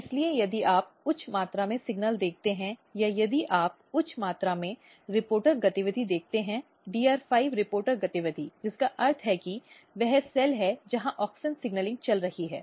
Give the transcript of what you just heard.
इसलिए यदि आप उच्च मात्रा में सिग्नल देखते हैं या यदि आप उच्च मात्रा में रिपोर्टर गतिविधि देखते हैं DR5 रिपोर्टर गतिविधि जिसका अर्थ है कि वह सेल है जहां ऑक्सिन सिग्नलिंग चल रही है